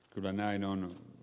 kyllä näin on